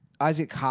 Isaac